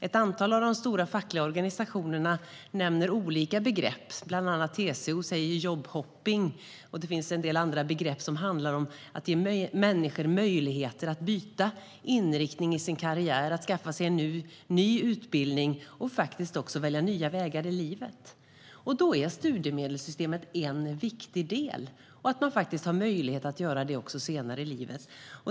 Ett antal av de stora fackliga organisationerna nämner olika begrepp - till exempel talar TCO om jobbhoppning - som handlar om att ge människor möjlighet att byta inriktning på sin karriär, skaffa sig en ny utbildning och välja nya vägar i livet. Då är studiemedelssystemet en viktig del så att man har möjlighet att göra detta också senare i livet.